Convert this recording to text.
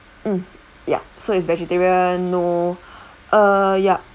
mm ya so it's vegetarian no uh yup